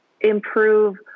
improve